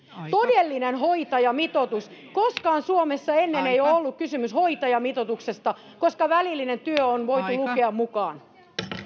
todellinen hoitajamitoitus koskaan suomessa ennen ei ole ollut kysymys hoitajamitoituksesta koska välillinen työ on voitu lukea mukaan